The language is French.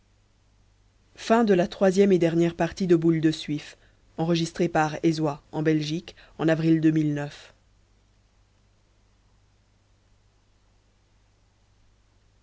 boule de suif by guy de